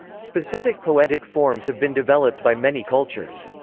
specific poetic forms have been developed by many cultures.